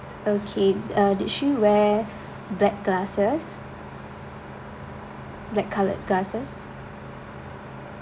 okay uh did she wear black glasses black coloured glasses